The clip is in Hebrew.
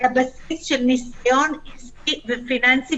על הבסיס של ניסיון עסקי ופיננסי.